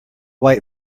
white